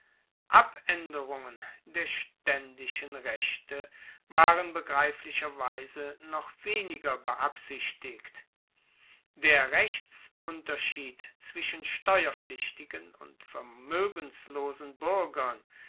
aenderungen der staendischen rechte waren begreiflicherweise noch weniger beabsichtigt der rechtsunterschied zwischen steuerpflichtigen und vermoegenslosen buergern